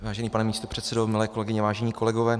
Vážený pane místopředsedo, milé kolegyně, vážení kolegové.